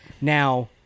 Now